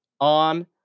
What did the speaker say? on